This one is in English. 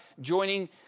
joining